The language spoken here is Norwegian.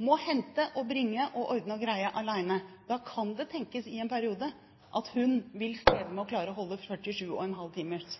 må hente og bringe og ordne og greie alene, kan det tenkes i en periode at hun vil streve med å klare å holde 47,5 timers